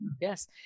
Yes